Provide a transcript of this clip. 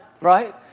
right